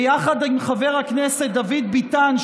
ביחד עם חבר הכנסת דוד ביטן,